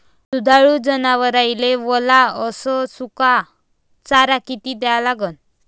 दुधाळू जनावराइले वला अस सुका चारा किती द्या लागन?